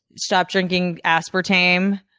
stop drinking aspartame.